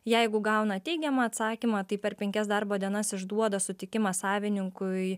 jeigu gauna teigiamą atsakymą tai per penkias darbo dienas išduoda sutikimą savininkui